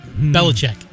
Belichick